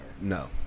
No